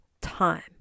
time